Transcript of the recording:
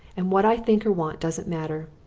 and what i think or want doesn't matter.